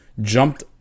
jumped